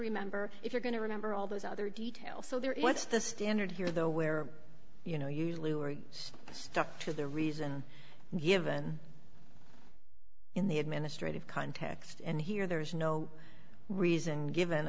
remember if you're going to remember all those other details so there is what's the standard here though where you know usually we're stuck to the reason given in the administrative context and here there is no reason given